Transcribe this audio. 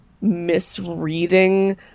misreading